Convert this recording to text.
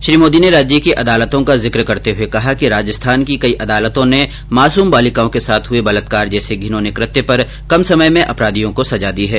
श्री मोदी ने राज्य की अदालतों का जिक करते हुए कहा है कि राजस्थान की कई अदालतों ने मासूम बालिकाओं के साथ हुए बलात्कार जैसे धिनौने कृत्य पर कम समय में अपराधियों को सजा दी है